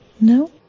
No